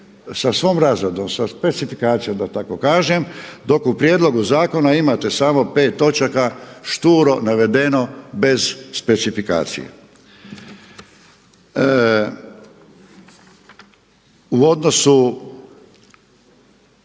svom razradom, sa specifikacijom da tako kažem dok u prijedlogu zakona imate samo 5 točaka šturo navedeno bez specifikacije. U odnosu